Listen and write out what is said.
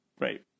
Right